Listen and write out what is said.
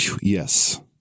Yes